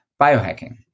biohacking